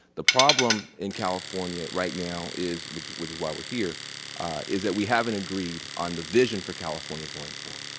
the problem in california right now is which which is why we are here is that we haven't agreed on the vision for california going forward.